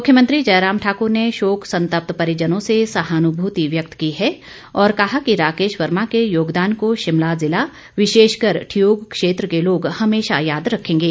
मुख्यमंत्री जयराम ठाकुर ने शोक संतप्त परिजनों से सहानुमूति व्यक्त की है और कहा कि राकेश वर्मा के योगदान को शिमला जिला विशेषकर ठियोग क्षेत्र के लोग हमेशा याद रखेंगे